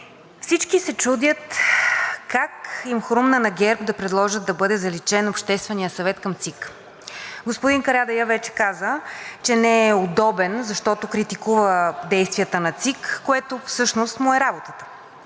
Всички се чудят как им хрумна на ГЕРБ да предложат да бъде заличен Общественият съвет към ЦИК. Господин Карадайъ вече каза, че не е удобен, защото критикува действията на ЦИК, което всъщност му е работата.